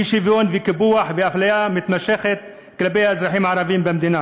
אי-שוויון וקיפוח ואפליה מתמשכים כלפי האזרחים הערבים במדינה,